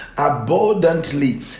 Abundantly